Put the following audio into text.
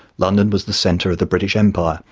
london was the centre of the british empire,